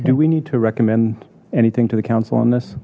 do we need to recommend anything to the council on this